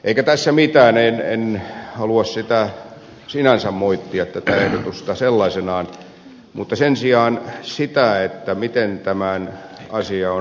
eikä tässä mitään en halua sinänsä moittia tätä ehdotusta sellaisenaan mutta sen sijaan sitä miten tämä asia on rakennettu